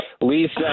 Lisa